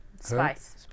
Spice